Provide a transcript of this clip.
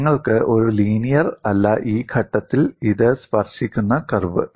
നിങ്ങൾക്ക് ഒരു ലീനിയർ അല്ല ഈ ഘട്ടത്തിൽ ഇത് സ്പർശിക്കുന്ന കർവ്